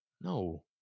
No